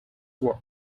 work